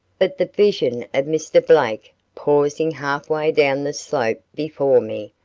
but the vision of mr. blake pausing half way down the slope before me,